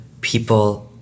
people